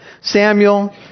Samuel